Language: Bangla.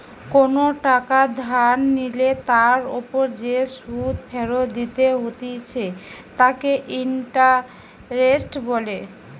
কোনো টাকা ধার নিলে তার ওপর যে সুধ ফেরত দিতে হতিছে তাকে ইন্টারেস্ট বলে